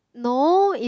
no it's